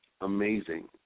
amazing